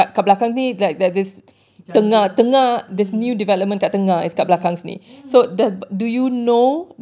tengah mm mm mm